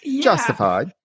justified